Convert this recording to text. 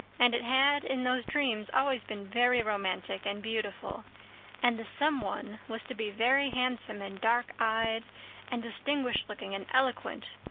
and it had, in those dreams, always been very romantic and beautiful and the some one was to be very handsome and dark-eyed and distinguished-looking and eloquent,